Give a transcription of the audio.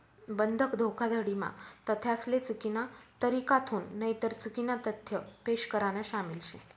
बंधक धोखाधडी म्हा तथ्यासले चुकीना तरीकाथून नईतर चुकीना तथ्य पेश करान शामिल शे